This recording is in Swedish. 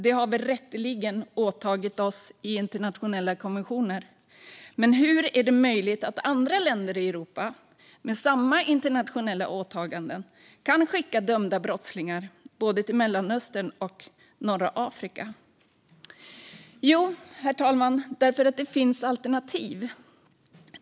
Det har vi rätteligen åtagit oss i internationella konventioner att inte göra. Men hur är det möjligt att andra länder i Europa, med samma internationella åtagande, kan skicka dömda brottslingar till både Mellanöstern och norra Afrika? Jo, herr talman, det är möjligt därför att det finns alternativ.